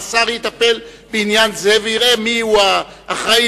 השר יטפל בעניין זה ויראה מיהו האחראי